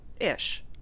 ish